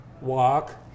Walk